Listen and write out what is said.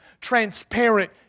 transparent